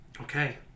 Okay